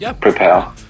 prepare